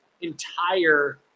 entire